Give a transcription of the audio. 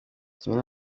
kimwe